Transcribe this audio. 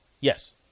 Yes